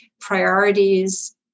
priorities